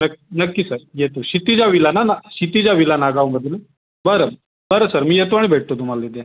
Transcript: नक् नक्की सर येतो क्षितिजा विला ना क्षितिजा विला नागावमधलं बरं बरं सर मी येतो आणि भेटतो तुम्हाला तिथे